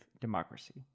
democracy